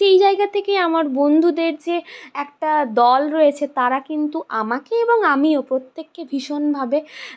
সেই জায়গা থেকেই আমার বন্ধুদের যে একটা দল রয়েছে তারা কিন্তু আমাকে এবং আমিও প্রত্যেককে ভীষণভাবে